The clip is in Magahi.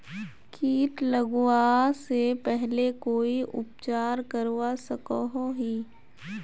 किट लगवा से पहले कोई उपचार करवा सकोहो ही?